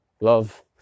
love